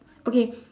okay